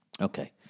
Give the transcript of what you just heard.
okay